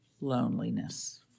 loneliness